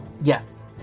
Yes